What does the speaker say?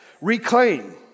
Reclaim